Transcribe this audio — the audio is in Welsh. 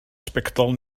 sbectol